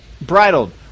bridled